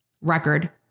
record